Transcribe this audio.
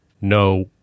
No